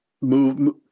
move